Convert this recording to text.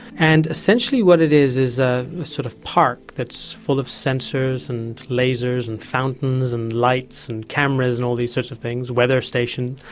and essentially what it is is a sort of park that's full of sensors and lasers and fountains and lights and cameras and all these sorts of things, a weather station,